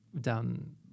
down